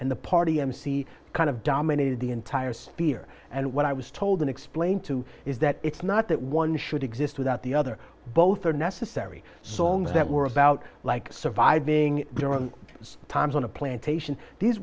and the party mc kind of dominated the entire spear and what i was told and explained to is that it's not that one should exist without the other both are necessary songs that work about like surviving those times on a plantation these